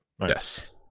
Yes